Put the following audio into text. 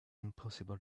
impossible